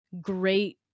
great